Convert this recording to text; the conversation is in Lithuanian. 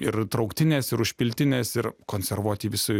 ir trauktinės ir užpiltinės ir konservuoti visi